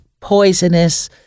poisonous